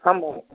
आम् मह्